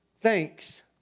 thanks